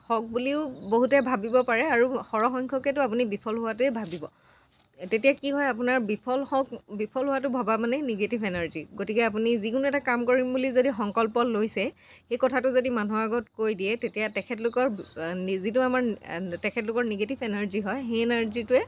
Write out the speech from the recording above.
হওক বুলিও বহুতে ভাবিব পাৰে আৰু সৰহ সংখ্যকেতো আপুনি বিফল হোৱাটোৱে ভাবিব তেতিয়া কি হয় আপোনাৰ বিফল হওক বিফল হোৱাটো ভবা মানে নিগেটিভ এনাৰ্জি গতিকে আপুনি যিকোনো এটা কাম কৰিম বুলি যদি সংকল্প লৈছে সেই কথাটো যদি মানুহৰ আগত কৈ দিয়ে তেতিয়া তেখেতলোকৰ যিটো আমাৰ তেখেতলোকৰ নিগেটিভ এনাৰ্জি হয় সেই এনাৰ্জিটোৱে